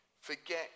forget